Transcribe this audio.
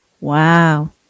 wow